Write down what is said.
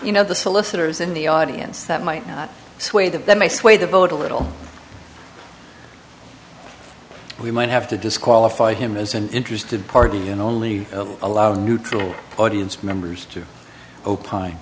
you know the solicitors in the audience that might not sway that that may sway the vote a little we might have to disqualify him as an interested party and only allow a neutral audience members to opine